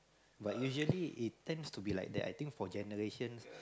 but usually it turns to be like that I think for generations